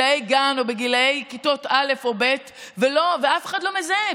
גן או בגיל כיתות א' או ב' ואף אחד לא מזהה,